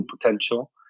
potential